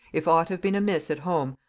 if aught have been amiss at home,